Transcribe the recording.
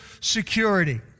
security